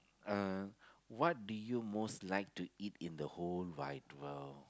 uh what do you most like to eat in the whole wide world